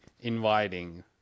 inviting